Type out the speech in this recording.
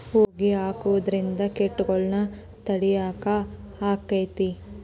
ಹೊಗಿ ಹಾಕುದ್ರಿಂದ ಕೇಟಗೊಳ್ನ ತಡಿಯಾಕ ಆಕ್ಕೆತಿ?